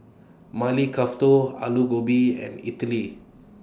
Maili Kofta Alu Gobi and Idili